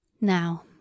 Now